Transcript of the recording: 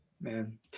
man